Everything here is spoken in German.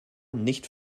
nicht